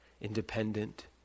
independent